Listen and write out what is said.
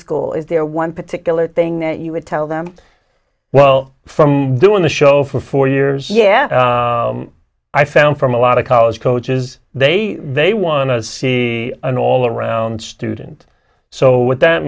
school is there one particular thing that you would tell them well from doing the show for four years yeah i found from a lot of college coaches they they want to see an all around student so what